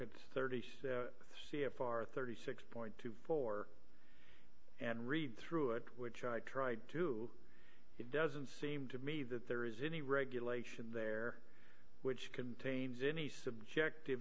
r thirty six point two four and read through it which i tried to do it doesn't seem to me that there is any regulation there which contains any subjective